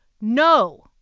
no